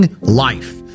life